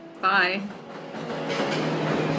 bye